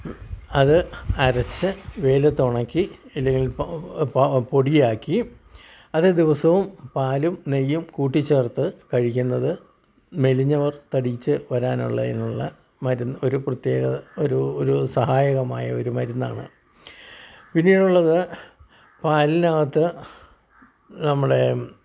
അത് അരച്ച് വെയിലത്തൊണക്കി ഇല്ലെങ്കിൽ പ പൊടിയാക്കി അത് ദിവസവും പാലും നെയ്യും കൂട്ടി ചേർത്ത് കഴിക്കുന്നത് മെലിഞ്ഞവർ തടിച്ച് വരാനുള്ളതിനുള്ള മരുന്ന് ഒരു പ്രത്യേക ഒരൂ ഒരു സഹായകമായൊരു മരുന്നാണ് പിന്നീടുള്ളത് പാൽനകത്ത് നമ്മുടെ